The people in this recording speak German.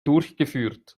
durchgeführt